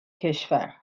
کشور